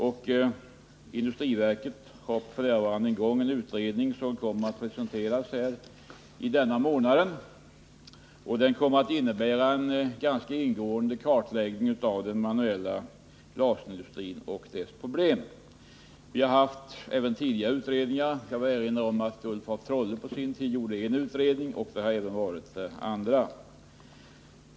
Inom industriverket pågår f. n. en utredning, vars resultat kommer att presenteras under denna månad. Materialet bör innehålla en ingående kartläggning av den manuella glasindustrin och dess problem. Det har även tidigare företagits utredningar på detta område. Jag vill erinra om att professor Ulf af Trolle på sin tid gjorde en utredning.